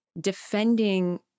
defending